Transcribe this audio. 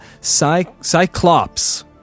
Cyclops